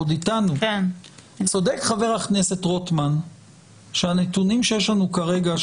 אם היא עוד אתנו: צודק חבר הכנסת רוטמן שהנתונים שיש לנו כרגע,